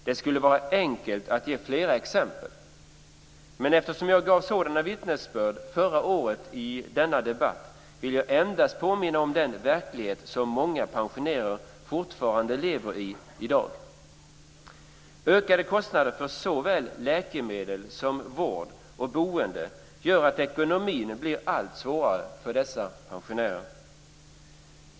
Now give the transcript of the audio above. Det skulle vara enkelt att ge flera exempel. Men eftersom jag gav sådana vittnesbörd förra året i motsvarande debatt, vill jag endast påminna om den verklighet som många pensionärer fortfarande lever i i dag. Ökade kostnader för såväl läkemedel som vård och boende gör att ekonomin blir allt svårare för dessa pensionärer.